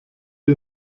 ihr